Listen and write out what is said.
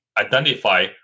identify